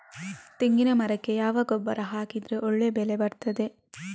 ತೆಂಗಿನ ಮರಕ್ಕೆ ಯಾವ ಗೊಬ್ಬರ ಹಾಕಿದ್ರೆ ಒಳ್ಳೆ ಬೆಳೆ ಬರ್ತದೆ?